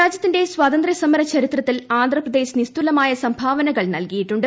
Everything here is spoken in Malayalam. രാജ്യത്തിന്റെ സ്വാതന്ത്യസമരചരിത്രത്തിൽ ആന്ധ്രാപ്രദേശ് നിസ്തുലമായ സംഭാവനകൾ നിൽക്കിയിട്ടുണ്ട്